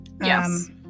yes